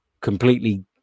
completely